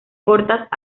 cortas